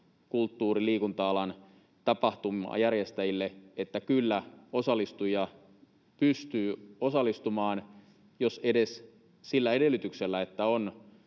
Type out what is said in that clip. kulttuuri- ja liikunta-alan tapahtumajärjestäjille, että kyllä osallistujia pystyy osallistumaan — jos edes sillä edellytyksellä, että on